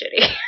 shitty